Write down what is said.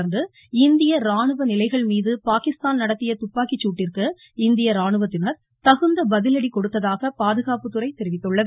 தொடர்ந்து இந்திய ராணுவ நிலைகள்மீது பாகிஸ்தான் நடத்திய துப்பாக்கிச்சூட்டிற்கு இந்திய ராணுவத்தினர் தகுந்த பதிலடி கொடுத்ததாக பாதுகாப்புத்துறை தெரிவித்துள்ளது